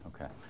Okay